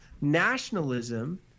nationalism